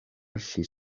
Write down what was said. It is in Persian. شیش